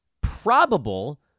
probable